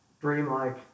Dreamlike